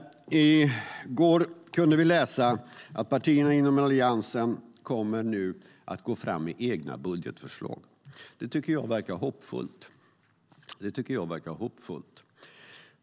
I går kunde vi läsa att partierna inom Alliansen kommer att gå fram med egna budgetförslag. Det tycker jag verkar hoppfullt.